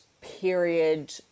period